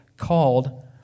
Called